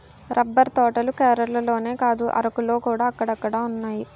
rubber తోటలు కేరళలోనే కాదు అరకులోకూడా అక్కడక్కడున్నాయి